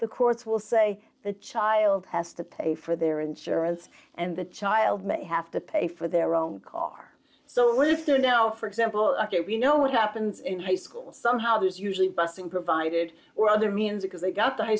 the courts will say the child has to pay for their insurance and the child may have to pay for their own car so if there are no for example ok we know what happens in high school somehow there's usually busing provided or other means because they got to high